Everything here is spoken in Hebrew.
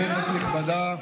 כנסת נכבדה,